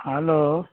hello